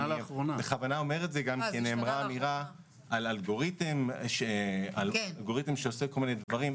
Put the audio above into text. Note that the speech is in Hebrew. בכוונה אני אומר את זה כי נאמרה אמירה על אלגוריתם שעושה כל מיני דברים.